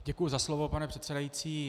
Děkuji za slovo, pane předsedající.